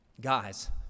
guys